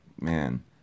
man